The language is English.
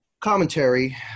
commentary